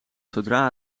zodra